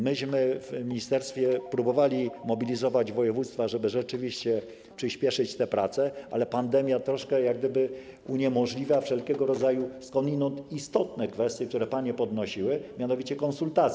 Myśmy w ministerstwie próbowali mobilizować województwa, żeby rzeczywiście przyspieszyć te prace, ale pandemia troszkę uniemożliwia wszelkiego rodzaju skądinąd istotne kwestie, które panie podnosiły, mianowicie konsultacje.